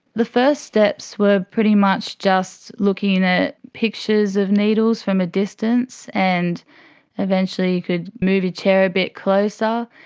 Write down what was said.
the first steps were pretty much just looking at pictures of needles from a distance, and eventually you could move your chair a bit closer.